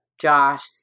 Josh